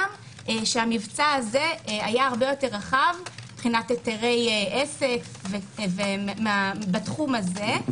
שהמבצע הזה היה הרבה יותר רחב מבחינת היתרי עסק בתחום הזה.